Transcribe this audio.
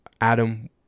Adam